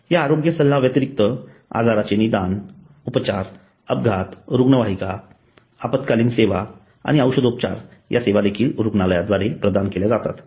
या आरोग्य सल्ला व्यतिरिक्त आजाराचे निदान उपचार अपघात रुग्णवाहिका आपत्कालीन सेवा आणि औषधोपचार या सेवा देखील रुग्णालयाद्वारे प्रदान केल्या जातात